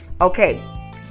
Okay